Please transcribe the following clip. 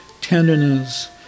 tenderness